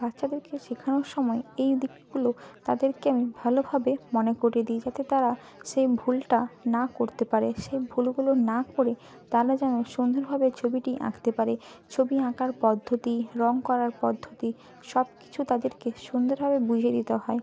বাচ্চাদেরকে শেখানোর সময় এই দিকগুলো তাদেরকে আমি ভালোভাবে মনে করিয়ে দিই যাতে তারা সেই ভুলটা না করতে পারে সেই ভুলগুলো না করে তারা যেন সুন্দরভাবে ছবিটি আঁকতে পারে ছবি আঁকার পদ্ধতি রঙ করার পদ্ধতি সব কিছু তাদেরকে সুন্দরভাবে বুঝিয়ে দিতে হয়